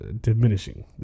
diminishing